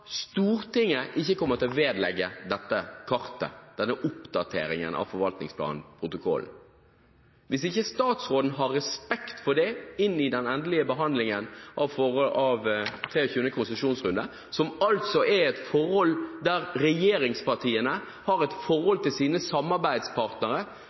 Stortinget ikke kommer til å vedlegge dette kartet – denne oppdateringen av forvaltningsplanen – protokollen. Hvis ikke statsråden har respekt for det inn i den endelige behandlingen av 23. konsesjonsrunde – der regjeringspartiene forholder seg til sine samarbeidspartnere,